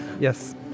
Yes